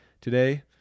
today